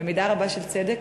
במידה רבה של צדק,